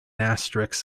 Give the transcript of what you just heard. asterisk